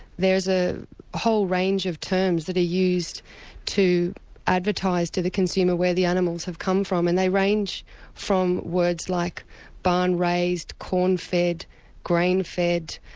there's a whole range of terms that are used to advertise to the consumer where the animals have come from, and they range from words like barn raised, corn-fed, grain-fed,